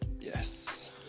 Yes